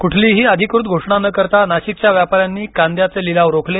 क्ठलीही अधिकृत घोषणा न करता नाशिकच्या व्यापाऱ्यांनी कांद्याचे लिलाव रोखले